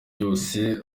yose